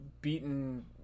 beaten